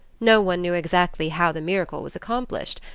no one knew exactly how the miracle was accomplished.